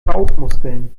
bauchmuskeln